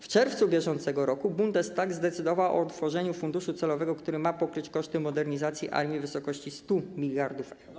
W czerwcu br. Bundestag zdecydował o utworzeniu funduszu celowego, który ma pokryć koszty modernizacji armii, w wysokości 100 mld euro.